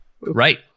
Right